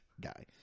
guy